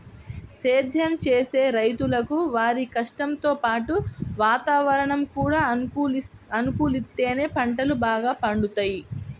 సేద్దెం చేసే రైతులకు వారి కష్టంతో పాటు వాతావరణం కూడా అనుకూలిత్తేనే పంటలు బాగా పండుతయ్